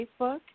Facebook